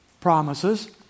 promises